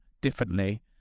differently